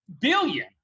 billion